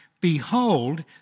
Behold